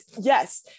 yes